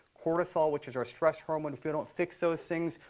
cortisol, which is our stress hormone, if we don't fix those things,